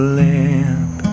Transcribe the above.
lamp